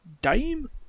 Dame